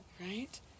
Right